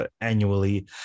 annually